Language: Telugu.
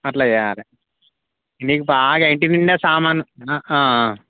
అట్లా చెయ్యాలి నీకు బాగా ఇంటి నిండా సామాను